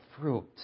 fruit